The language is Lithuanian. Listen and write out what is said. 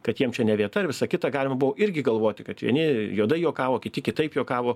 kad jiem čia ne vieta ir visa kita galima buvo irgi galvoti kad vieni juodai juokavo kiti kitaip juokavo